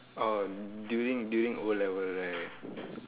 orh during during O-level right